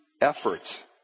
effort